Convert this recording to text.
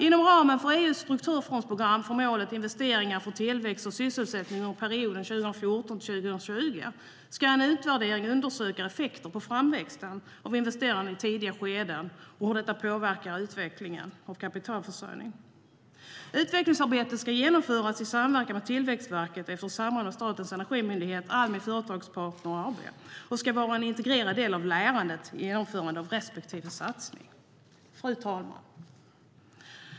Inom ramen för EU:s strukturfondsprogram för målet Investeringar för tillväxt och sysselsättning under perioden 2014-2020 ska en utvärdering undersöka effekter på framväxten av investeringar i tidiga skeden och påverkan på utvecklingen av kapitalförsörjning. Utvecklingsarbetet ska genomföras i samverkan med Tillväxtverket och efter samråd med Statens energimyndighet och Almi Företagspartner AB. Det ska vara en integrerad del av lärandet under genomförandet av respektive satsning. Fru talman!